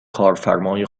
کارفرمای